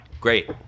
Great